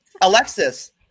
Alexis